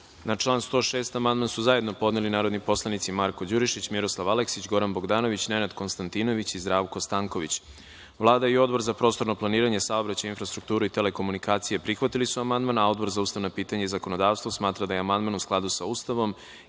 član 106. amandman su zajedno podneli narodni poslanici Marko Đurišić, Miroslav Aleksić, Goran Bogdanović, Nenad Konstatinović i Zdravko Stanković. Vlada i Odbor za prostorno planiranje, saobraćaj, infrastrukturu i telekomunikacije prihvatili su amandman. Odbor za ustavna pitanja i zakonodavstvo smatra da je amandman u skladu sa Ustavom